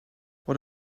what